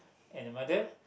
and the mother